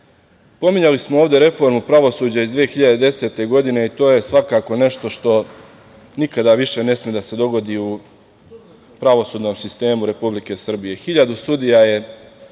smo ovde reformu pravosuđa iz 2010. godine. To je svakako nešto što nikada više ne sme da se dogodi u pravosudnom sistemu Republike Srbije.